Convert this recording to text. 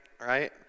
right